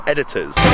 Editors